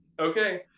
Okay